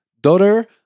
daughter